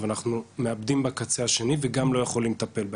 אבל אנחנו מאבדים בקצה השני וגם לא יכולים לטפל בהכול.